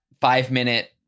five-minute